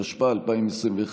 התשפ"א 2021,